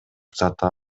сатып